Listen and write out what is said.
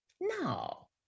no